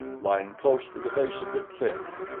lying close to the base of the cliff.